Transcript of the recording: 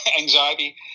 anxiety